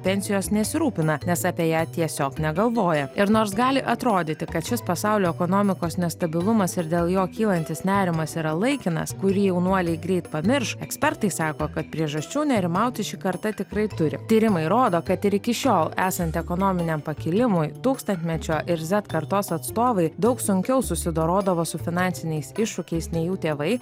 pensijos nesirūpina nes apie ją tiesiog negalvoja ir nors gali atrodyti kad šis pasaulio ekonomikos nestabilumas ir dėl jo kylantis nerimas yra laikinas kurį jaunuoliai greit pamirš ekspertai sako kad priežasčių nerimauti šį kartą tikrai turi tyrimai rodo kad iki šiol esant ekonominiam pakilimui tūkstantmečio ir zet kartos atstovai daug sunkiau susidorodavo su finansiniais iššūkiais nei jų tėvai